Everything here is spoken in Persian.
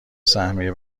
سهمیه